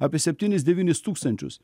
apie septynis devynis tūkstančius